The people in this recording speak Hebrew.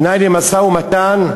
תנאי למשא-ומתן,